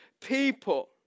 people